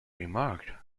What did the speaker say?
remarked